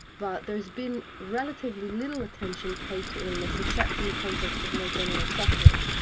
but there's been relatively little attention paid to illness, except in the context of more general suffering.